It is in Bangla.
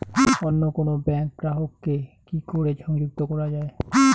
অন্য কোনো ব্যাংক গ্রাহক কে কি করে সংযুক্ত করা য়ায়?